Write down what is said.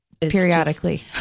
periodically